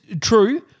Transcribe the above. true